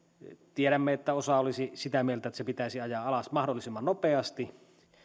tiedämme että osa olisi sitä mieltä että se pitäisi ajaa alas mahdollisimman nopeasti